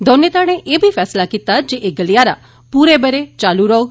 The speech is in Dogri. दौनें घड़ें एह् बी फैसला कीता ऐ जे एह् गलियारा पूरे ब'रे चालू रौह्ग